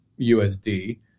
USD